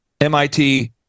MIT